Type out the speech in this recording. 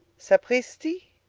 sapristi!